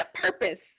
purpose